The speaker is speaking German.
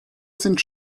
sind